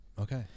Okay